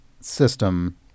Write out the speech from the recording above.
system